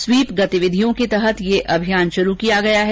SVEEP गतिविधियों के तहत यह अभियान शुरू किया गया है